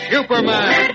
Superman